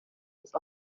ist